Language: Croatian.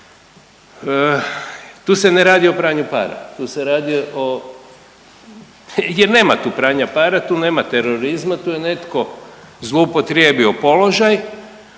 tu se ne radi o pranju para, tu se radi o, jer nema tu pranja para, tu nema terorizma, tu je netko zloupotrijebio položaj,